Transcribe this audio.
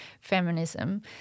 feminism